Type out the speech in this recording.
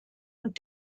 und